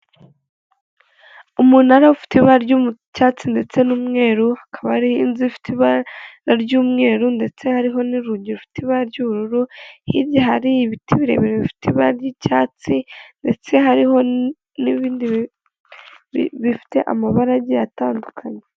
Umunara ufite ibara ry'icyatsi ndetse n'umweru, hakaba hari inzu ifite ibara ry'umweru, ndetse hariho n'urugi rufite ibara ry'ubururu, hirya hari ibiti birebire bifite ibara ry'icyatsi, ndetse hariho n'ibindi bifite amabara agiye atandukanye.